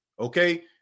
Okay